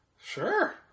Sure